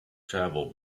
travel